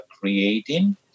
creating